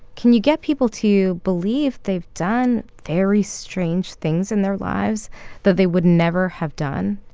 can you get people to believe they've done very strange things in their lives that they would never have done?